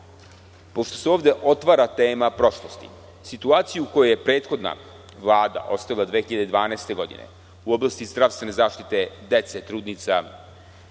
pošto se ovde otvara tema prošlosti, situacija koju je prethodna Vlada ostavila 2012. godine u oblasti zdravstvene zaštite dece, trudnica